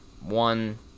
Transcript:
one